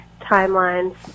timelines